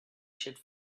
should